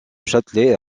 châtelet